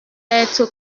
être